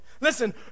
Listen